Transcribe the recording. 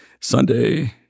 Sunday